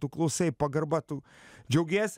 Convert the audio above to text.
tu klausai pagarba tu džiaugies